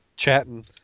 chatting